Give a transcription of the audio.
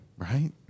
Right